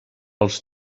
els